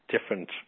different